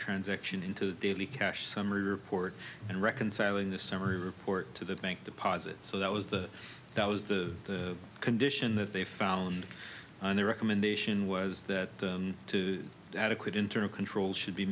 transaction into the daily cash summary report and reconciling the summary report to the bank deposits so that was the that was the condition that they found on the recommendation was that adequate internal controls should be